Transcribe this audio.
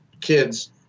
kids